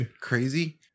crazy